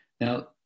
Now